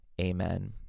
Amen